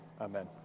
Amen